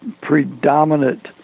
predominant